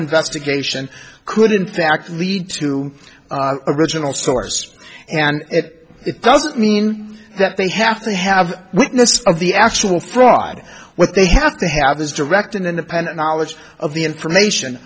investigation could in fact lead to original source and it doesn't mean that they have to have witnessed of the actual fraud what they have to have this direct and independent knowledge of the information